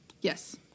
Yes